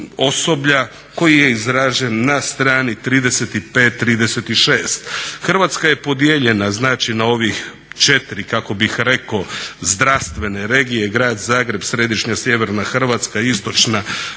osoblja koji je izražen na strani 35, 36. Hrvatska je podijeljena na ovih 4 kako bih rekao zdravstvene regije grad Zagreb, središnja-sjeverna Hrvatska, istočna